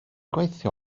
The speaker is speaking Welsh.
gweithio